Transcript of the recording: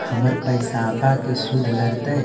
हमर पैसाबा के शुद्ध लगतै?